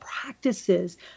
practices